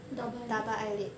double eyelid